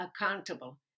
accountable